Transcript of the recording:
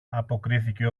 αποκρίθηκε